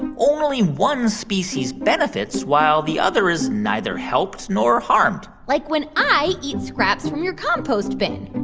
and only one species benefits, while the other is neither helped nor harmed like when i eat scraps from your compost bin.